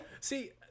See